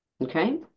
Okay